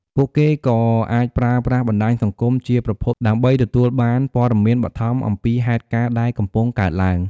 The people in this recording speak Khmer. ពួកគេក៏អាចប្រើប្រាស់បណ្តាញសង្គមជាប្រភពដើម្បីទទួលបានព័ត៌មានបឋមអំពីហេតុការណ៍ដែលកំពុងកើតឡើង។